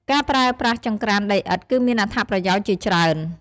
ការប្រើប្រាស់ចង្ក្រានដីឥដ្ឋគឺមានអត្ថប្រយោជន៍ជាច្រើន។